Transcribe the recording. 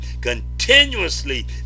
continuously